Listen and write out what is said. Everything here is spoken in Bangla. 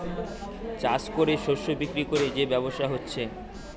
চাষ কোরে শস্য বিক্রি কোরে যে ব্যবসা হচ্ছে